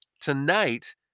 tonight